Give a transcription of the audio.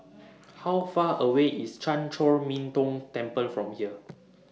How Far away IS Chan Chor Min Tong Temple from here